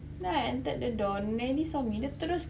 then I entered the door nayli saw me dia terus